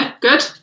good